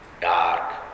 dark